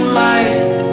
light